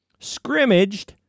scrimmaged